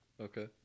okay